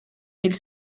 mille